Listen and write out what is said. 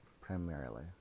primarily